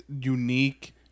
unique